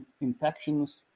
infections